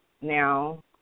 Now